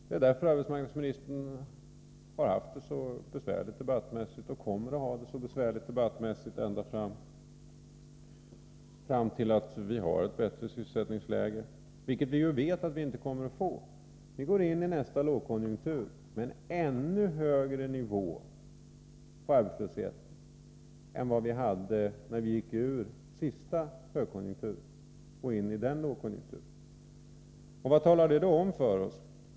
Det är därför arbetsmarknadsministern har haft det så besvärligt debattmässigt och kommer att ha besvärligt debattmässigt ända fram till att vi har ett bättre sysselsättningsläge, vilket vi ju vet att vi inte kommer att få. Vi går in i nästa lågkonjunktur med ännu högre nivå på arbetslösheten än vad vi hade när vi gick ur senaste högkonjunkturen och in i en lågkonjunktur. Vad talar detta om för oss?